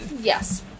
Yes